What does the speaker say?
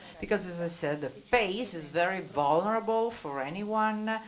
because as i said, the face is very vulnerable for anyone.